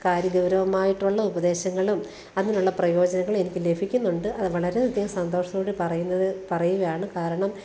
കാര്യഗൗരവം ആയിട്ടുള്ള ഉപദേശങ്ങളും അതിനുള്ള പ്രയോജനങ്ങളും എനിക്ക് ലഭിക്കുന്നുണ്ട് അത് വളരെയധികം സന്തോഷത്തോടെ പറയുന്നത് പറയുകയാണ് കാരണം